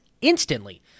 instantly